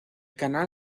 canal